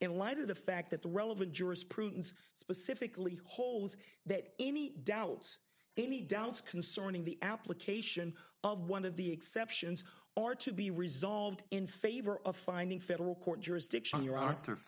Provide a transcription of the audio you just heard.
in light of the fact that the relevant jurisprudence specifically holds that any doubts any doubts concerning the application of one of the exceptions or to be resolved in favor of finding federal court jurisdiction your arthur